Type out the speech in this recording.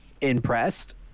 impressed